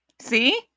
See